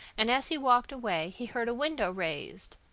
and as he walked away he heard a window raised.